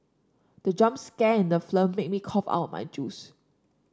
the jump scare in the film made me cough out my juice